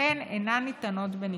ולכן אינן ניתנות בניכוי.